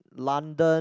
London